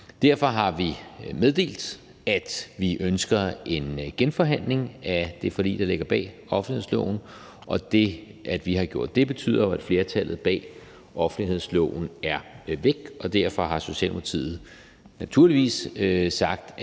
Derfor har vi meddelt, at vi ønsker en genforhandling af det forlig, der ligger bag offentlighedsloven. Og det, at vi har gjort det, betyder jo, at flertallet bag offentlighedsloven er væk, og derfor har Socialdemokratiet naturligvis sagt,